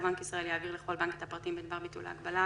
ובנק ישראל יעביר לכל בנק את הפרטים בדבר ביטול ההגבלה,